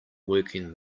working